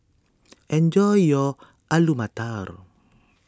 enjoy your Alu Matar